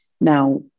Now